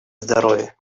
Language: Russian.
здоровья